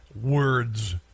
words